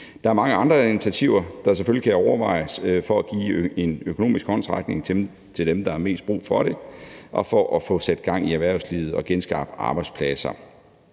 Der er mange andre initiativer, der selvfølgelig kan overvejes for at give en økonomisk håndsrækning til dem, der har mest brug for det, og for at få sat gang i erhvervslivet og genskabt arbejdspladser,